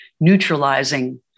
neutralizing